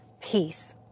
peace